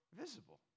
visible